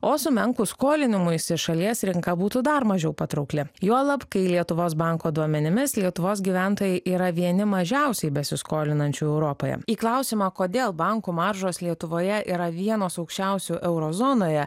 o sumenkus skolinimuisi šalies rinka būtų dar mažiau patraukli juolab kai lietuvos banko duomenimis lietuvos gyventojai yra vieni mažiausiai besiskolinančių europoje į klausimą kodėl bankų maržos lietuvoje yra vienos aukščiausių euro zonoje